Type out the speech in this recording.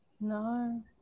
No